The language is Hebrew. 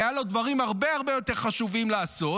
כי היו לו דברים הרבה הרבה יותר חשובים לעשות,